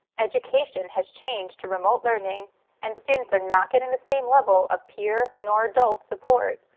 education has changed to remote learning and students are not getting the same level of peer nor adult support,